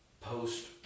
post